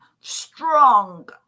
strong